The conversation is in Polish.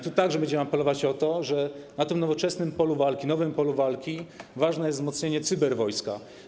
Tu także będziemy apelować, bo na tym nowoczesnym polu walki, nowym polu walki ważne jest wzmocnienie cyberwojska.